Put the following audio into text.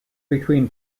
between